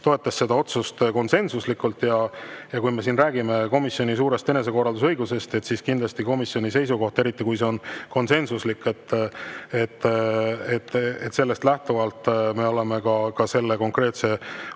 toetas seda otsust konsensuslikult. Ja kui me räägime komisjoni suurest enesekorraldusõigusest, siis kindlasti on [tähtis] komisjoni seisukoht, eriti kui see on konsensuslik. Sellest lähtuvalt me oleme selle konkreetse